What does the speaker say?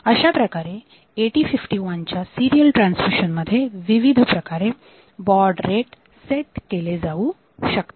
अशाप्रकारे 8051 च्या serial transmission मध्ये विविध प्रकारे बॉड रेट सेट केले जाऊ शकतात